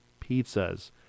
pizzas